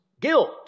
guilt